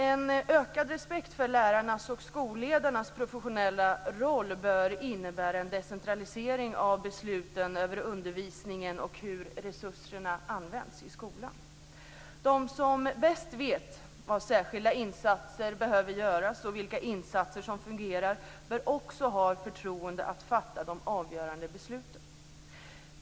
En ökad respekt för lärarnas och skolledarnas professionella roll bör innebära en decentralisering av besluten över undervisningen och hur resurserna används i skolan. De som bäst vet var särskilda insatser behöver göras och vilka insatser som fungerar bör också ha förtroende att fatta de avgörande besluten.